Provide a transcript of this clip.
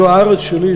זו הארץ שלי,